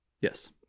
Yes